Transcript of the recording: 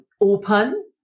open